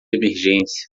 emergência